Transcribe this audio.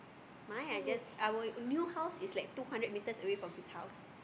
mine I just our new house is like two hundred meters away from his house